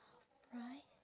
half pri~